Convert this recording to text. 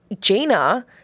Gina